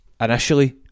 initially